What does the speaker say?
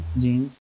jeans